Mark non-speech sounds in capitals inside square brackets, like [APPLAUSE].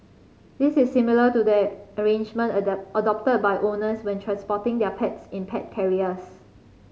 this is similar to the arrangement [UNINTELLIGIBLE] adopted by owners when transporting their pets in pet carriers